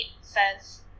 says